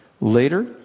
later